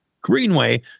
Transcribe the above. Greenway